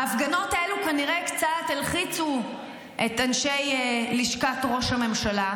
ההפגנות האלה כנראה קצת הלחיצו את אנשי לשכת ראש הממשלה,